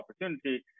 opportunity